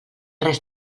res